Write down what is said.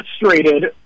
frustrated